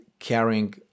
carrying